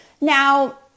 Now